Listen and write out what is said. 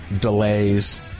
delays